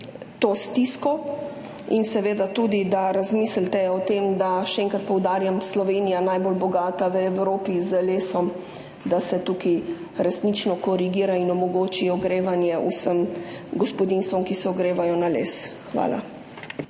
to stisko in seveda tudi, da razmislite o tem, da je Slovenija, še enkrat poudarjam, v Evropi najbolj bogata z lesom, da se tukaj resnično korigira in omogoči ogrevanje vsem gospodinjstvom, ki se ogrevajo na les. Hvala.